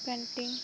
painting